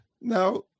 Now